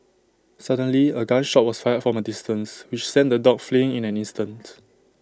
suddenly A gun shot was fired from A distance which sent the dogs fleeing in an instant